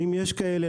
ואם יש כאלה,